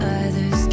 others